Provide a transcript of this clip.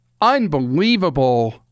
unbelievable